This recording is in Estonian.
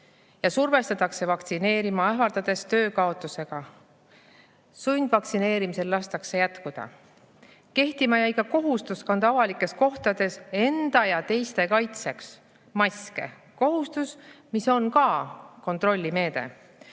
Survestatakse vaktsineerima, ähvardades töö kaotusega. Sundvaktsineerimisel lastakse jätkuda. Kehtima jäi ka kohustus kanda avalikes kohtades enda ja teiste kaitseks maske. Kohustus, mis on ka kontrollimeede.